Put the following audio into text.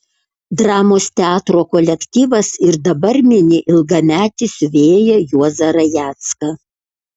dramos teatro kolektyvas ir dabar mini ilgametį siuvėją juozą rajecką